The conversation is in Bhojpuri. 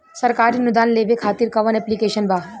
सरकारी अनुदान लेबे खातिर कवन ऐप्लिकेशन बा?